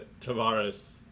Tavares